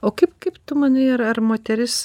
o kaip kaip tu manai ar ar moteris